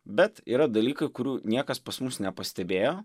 bet yra dalykai kurių niekas pas mus nepastebėjo